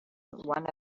one